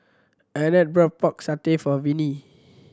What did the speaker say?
Arnett brought Pork Satay for Viney